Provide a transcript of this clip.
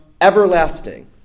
everlasting